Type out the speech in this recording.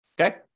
Okay